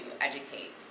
educate